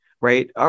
Right